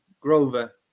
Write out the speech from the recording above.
grover